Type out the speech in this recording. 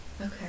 okay